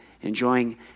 enjoying